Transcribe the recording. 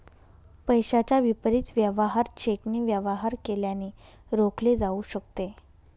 पैशाच्या विपरीत वेवहार चेकने वेवहार केल्याने रोखले जाऊ शकते